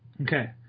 Okay